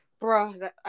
bruh